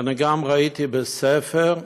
ואני גם ראיתי בספר,